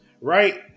right